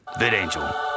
VidAngel